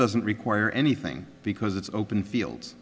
doesn't require anything because it's open fields